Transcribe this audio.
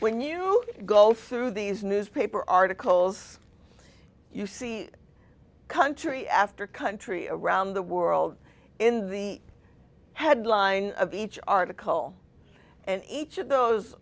when you go through these newspaper articles you see country after country around the world in the headline of each article and each of those